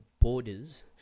borders